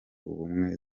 ubumwe